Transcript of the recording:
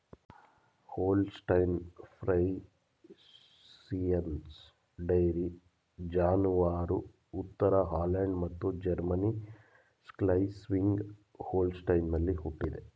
Holstein Friesians dairy ಜಾನುವಾರು ಉತ್ತರ Holland ಮತ್ತು ಜರ್ಮನಿ ಸ್ಕ್ಲೆಸ್ವಿಗ್ ಹೋಲ್ಸ್ಟೈನಲ್ಲಿ ಹುಟ್ಟಿದೆ